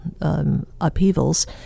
upheavals